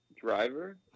driver